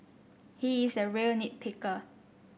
he is a real nit picker